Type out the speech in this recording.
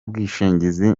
bwishingizi